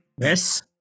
yes